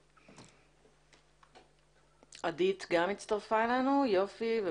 גם את